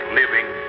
living